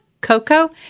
Coco